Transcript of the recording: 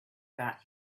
about